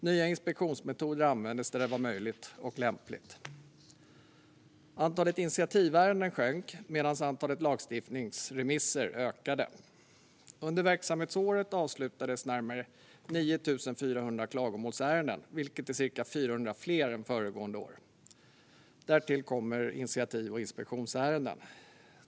Nya inspektionsmetoder användes där det var möjligt och lämpligt. Antalet initiativärenden sjönk, medan antalet lagstiftningsremisser ökade. Under verksamhetsåret avslutades närmare 9 400 klagomålsärenden, vilket är cirka 400 fler än föregående år. Därtill kommer initiativ och inspektionsärenden.